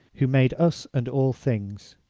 who made us and all things.